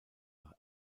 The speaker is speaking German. nach